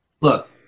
Look